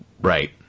Right